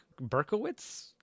Berkowitz